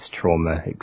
trauma